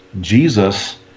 Jesus